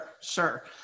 sure